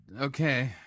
Okay